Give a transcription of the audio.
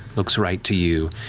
looks right to you.